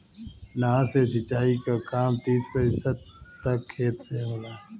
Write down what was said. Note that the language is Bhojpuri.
नहर से सिंचाई क काम तीस प्रतिशत तक खेत से होला